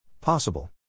Possible